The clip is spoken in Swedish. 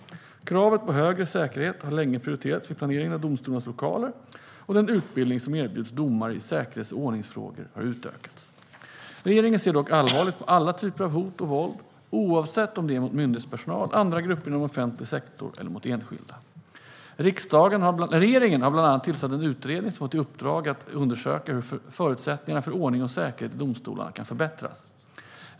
Kravet på högre säkerhet har länge prioriterats vid planeringen av domstolarnas lokaler, och den utbildning som erbjuds domare i säkerhets och ordningsfrågor har utökats. Regeringen ser dock allvarligt på alla typer av hot och våld oavsett om det är mot myndighetspersonal, mot andra grupper inom offentlig sektor eller mot enskilda. Regeringen har bland annat tillsatt en utredning som fått i uppdrag att undersöka hur förutsättningarna för ordning och säkerhet i domstolarna kan förbättras.